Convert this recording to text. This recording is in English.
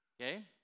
okay